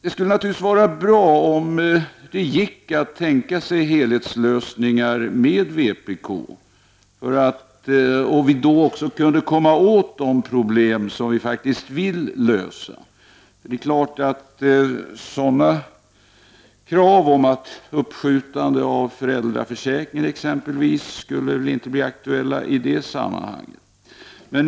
Det skulle naturligtvis vara bra om det gick att tänka sig helhetslösningar med vpk, om vi då också skulle kunna komma åt de problem som vi faktiskt vill lösa. Krav på uppskjutande av föräldraförsäkringen skulle exempelvis inte bli aktuella i det sammanhanget.